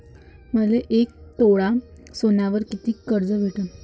मले एक तोळा सोन्यावर कितीक कर्ज भेटन?